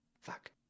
Fuck